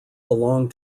belong